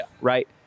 Right